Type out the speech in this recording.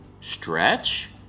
stretch